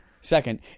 Second